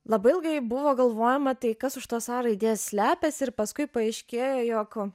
labai ilgai buvo galvojama tai kas už tos a raidės slepiasi ir paskui paaiškėjo jog